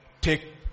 take